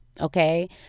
okay